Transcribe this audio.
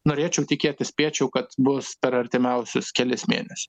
norėčiau tikėti spėčiau kad bus per artimiausius kelis mėnesius